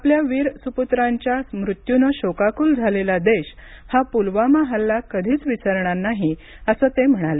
आपल्या वीर सुपुत्रांच्या मृत्यूने शोकाकुल झालेला देश हा पुलवामा हल्ला कधीच विसरणार नाही असं ते म्हणाले